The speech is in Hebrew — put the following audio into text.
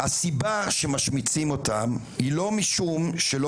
הסיבה שמשמיצים אותם היא לא משום שלא